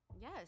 Yes